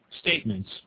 statements